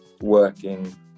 working